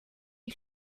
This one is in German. die